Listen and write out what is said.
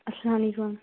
اسلامُ علیکُم